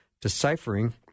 Deciphering